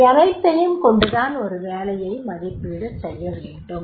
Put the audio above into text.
இவையனைத்தையும் கொண்டுதான் ஒரு வேலையை மதிப்பீடு செய்ய வேண்டும்